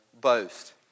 boast